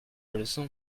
leçon